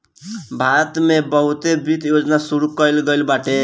भारत में बहुते वित्त योजना शुरू कईल गईल बाटे